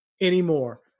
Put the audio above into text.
anymore